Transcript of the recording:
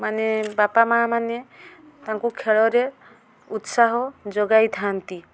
ମାନେ ବାପା ମାଁମାନେ ତାଙ୍କୁ ଖେଳରେ ଉତ୍ସାହ ଯୋଗାଇ ଥାାନ୍ତି